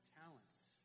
talents